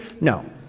No